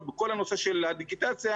כל הנושא של הדיגיטציה,